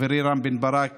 חברי רם בן ברק